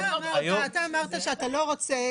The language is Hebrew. אמרת שאתה לא רוצה